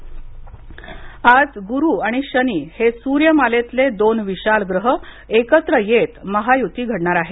गुरू शनी आज गुरु आणि शनि हे सूर्यमालेतले दोन विशाल ग्रह एकत्र येत महायुती घडणार आहे